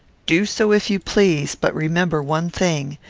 do so, if you please but remember one thing.